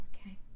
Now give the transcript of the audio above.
okay